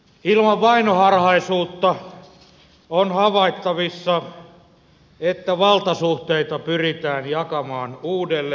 ilman vainoharhaisuutta on havaittavissa että valtasuhteita pyritään jakamaan uudelleen